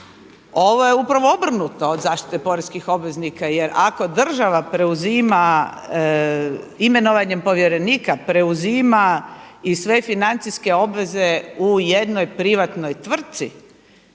ovo je upravo obrnuto od zaštite poreskih obveznika jer ako država preuzima imenovanjem povjerenika, preuzima i sve financijske obveze u jednoj privatnoj tvrci,